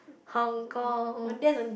Hong Kong